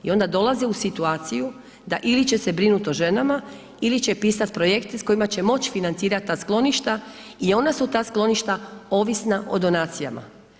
I onda dolaze u situaciju da ili će se brinuti o ženama ili će pisati projekt s kojima će moći financirat ta skloništa i onda su ta skloništa ovisna o donacijama.